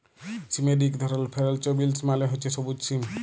সিমের ইক ধরল ফেরেল্চ বিলস মালে হছে সব্যুজ সিম